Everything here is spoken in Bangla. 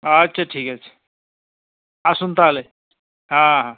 আচ্ছা ঠিক আছে আসুন তাহলে হ্যাঁ হ্যাঁ